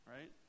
Right